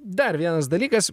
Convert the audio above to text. dar vienas dalykas